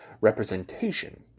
representation